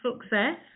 success